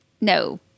No